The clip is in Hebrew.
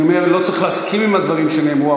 אני אומר שלא צריך להסכים עם הדברים שנאמרו,